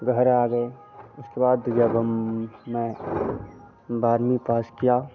घर आ गए उसके बाद जब हम मैं बारवीं पास किया